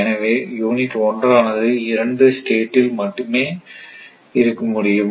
எனவே யூனிட் 1 ஆனது 2 ஸ்டேட்டில் மட்டுமே இருக்க முடியும்